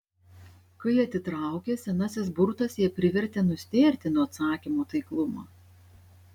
kai atitraukė senasis burtas ją privertė nustėrti nuo atsakymo taiklumo